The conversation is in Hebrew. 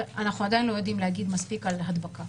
אנחנו עדיין לא יודעים להגיד מספיק על הדבקה.